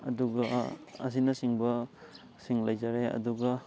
ꯑꯗꯨꯒ ꯑꯁꯤꯅ ꯆꯤꯡꯕ ꯁꯤꯡ ꯂꯩꯖꯔꯦ ꯑꯗꯨꯒ